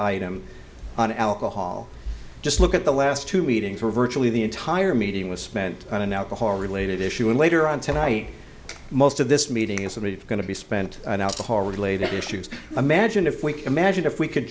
item on alcohol just look at the last two meetings where virtually the entire meeting was spent on an alcohol related issue and later on tonight most of this meeting is that it's going to be spent on alcohol related issues imagine if we can imagine if we could